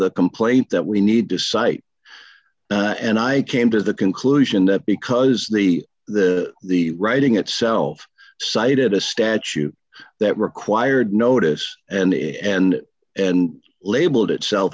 the complaint that we need to cite and i came to the conclusion that because the the the writing itself cited a statute that required notice and the end and labeled itself